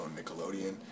Nickelodeon